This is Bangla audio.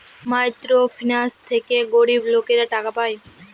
মাইক্রো ফিন্যান্স থেকে গরিব লোকেরা টাকা পায়